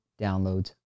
downloads